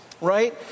right